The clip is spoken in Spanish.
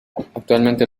actualmente